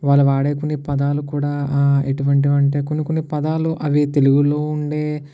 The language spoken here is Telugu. వాళ్ళు వాడే కొన్ని పదాలు కూడా ఎటువంటివి అంటే కొన్ని కొన్ని పదాలు అవి తెలుగులో ఉండే